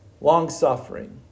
Long-suffering